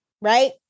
right